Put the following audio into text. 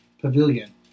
Pavilion